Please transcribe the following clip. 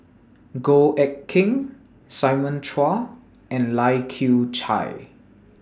Goh Eck Kheng Simon Chua and Lai Kew Chai